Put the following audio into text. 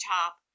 top